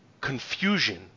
confusion